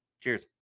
Cheers